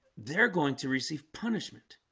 they're going to receive punishment